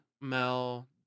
Mel